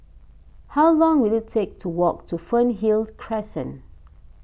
how long will it take to walk to Fernhill Crescent